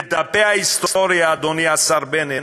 בדפי ההיסטוריה, אדוני השר בנט,